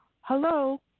Hello